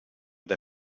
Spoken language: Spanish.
que